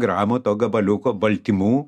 gramų to gabaliuko baltymų